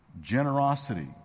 Generosity